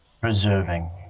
preserving